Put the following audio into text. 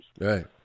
Right